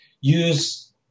use